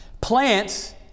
plants